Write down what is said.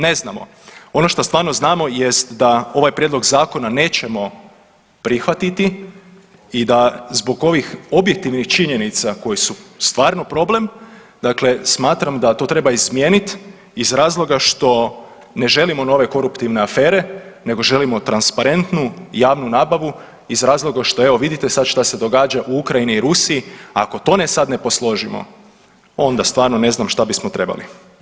Ne znamo, ono šta stvarno znamo jest da ovaj prijedlog zakona nećemo prihvatiti i da zbog ovih objektivnih činjenica koje su stvarno problem, dakle smatram da to treba izmijenit iz razloga što ne želimo nove koruptivne afere nego želimo transparentnu javnu nabavu iz razloga što, evo vidite sad šta se događa u Ukrajini i Rusiji, ako to ne sad ne posložimo onda stvarno ne znam šta bismo trebali.